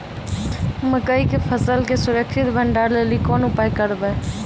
मकई के फसल के सुरक्षित भंडारण लेली कोंन उपाय करबै?